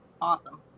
awesome